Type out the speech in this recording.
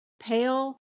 Pale